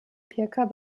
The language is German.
pirker